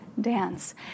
dance